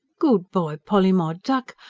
good-bye, polly, my duck,